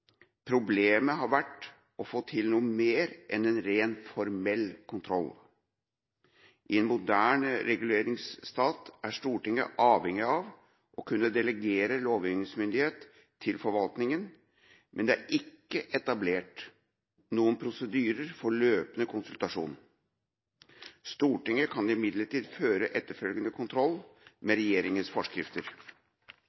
Problemet – og dette er viktig – har vært å få til noe mer enn en rent formell kontroll. I en moderne reguleringsstat er Stortinget avhengig av å kunne delegere lovgivningsmyndighet til forvaltninga, men det er ikke etablert noen prosedyrer for løpende konsultasjon. Stortinget kan imidlertid føre etterfølgende kontroll med